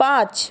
পাঁচ